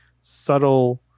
subtle